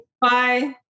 Bye